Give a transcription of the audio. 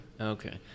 Okay